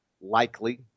likely –